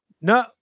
No